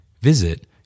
Visit